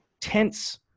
tense